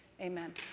Amen